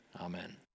Amen